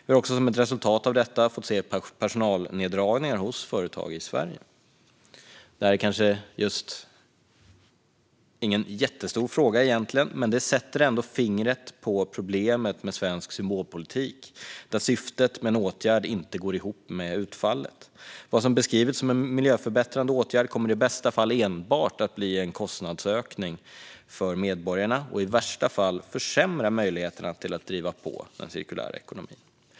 Vi har också som ett resultat av detta fått se personalneddragningar hos företag i Sverige. Detta är kanske inte en jättestor fråga. Men det sätter ändå fingret på problemet med svensk symbolpolitik där syftet med en åtgärd inte går ihop med utfallet. Vad som beskrivits som en miljöförbättrande åtgärd kommer i bästa fall enbart att bli en kostnadsökning för medborgarna och i värsta fall försämra möjligheterna till att driva på den cirkulära ekonomin.